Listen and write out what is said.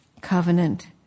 covenant